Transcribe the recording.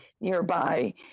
nearby